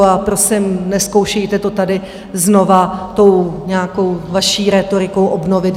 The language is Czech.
A prosím, nezkoušejte to tady znovu tou nějakou vaší rétorikou obnovit.